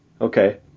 Okay